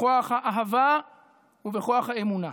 בכוח האהבה ובכוח האמונה,